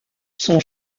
son